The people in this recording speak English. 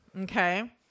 Okay